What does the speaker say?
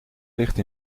ligt